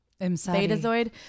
betazoid